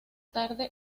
tarde